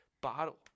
bottle